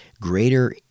greater